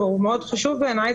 והוא מאוד חשוב בעיניי,